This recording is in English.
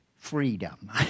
Freedom